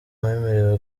wemerewe